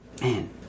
man